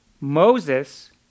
Moses